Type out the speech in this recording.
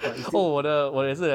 but it's still okay ya